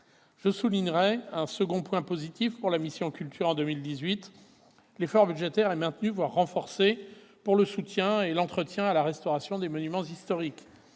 veux souligner un second point positif pour la mission « Culture », en 2018 : l'effort budgétaire est maintenu, voire renforcé, pour le soutien à l'entretien et à la restauration des monuments historiques.